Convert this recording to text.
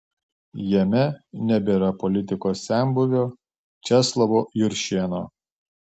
jame nebėra politikos senbuvio česlovo juršėno